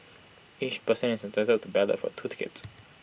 each person is entitled to ballot for two tickets